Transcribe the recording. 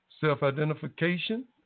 self-identification